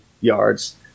yards